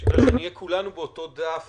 כדי שנהיה כולנו באותו דף,